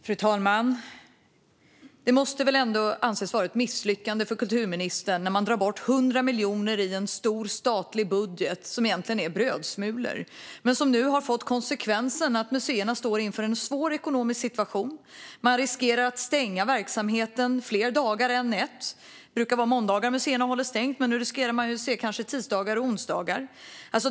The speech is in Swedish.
Fru talman! Detta måste väl ändå anses vara ett misslyckande för kulturministern. Man drar bort 100 miljoner, brödsmulor i en stor statlig budget, och det har fått som konsekvens att museerna står inför en svår ekonomisk situation och riskerar att tvingas stänga verksamheten flera dagar i veckan. Museer brukar hålla stängt på måndagar, men nu blir det kanske även tisdag och onsdag.